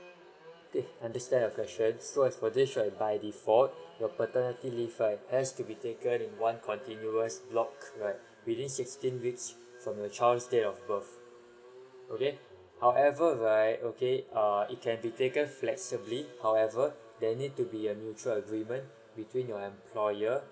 okay understand your question so as for this right by default your paternity leave right has to be taken in one continuous block right within sixteen weeks from your child's date of birth okay however right okay err it can be taken flexibly however there need to be a mutual agreement between your employer